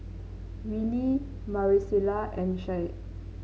Rylee Maricela and Shad